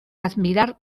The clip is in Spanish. admirar